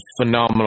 phenomenal